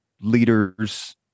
leaders